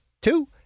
two